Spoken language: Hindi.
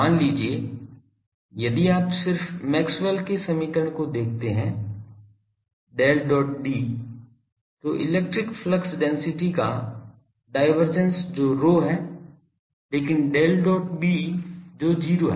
मान लीजिए यदि आप सिर्फ मैक्सवेल के समीकरण को देखते हैं Del dot D तो इलेक्ट्रिक फ्लक्स डेंसिटी का डाइवर्जेन्स जो ρ है लेकिन Del dot B जो 0 है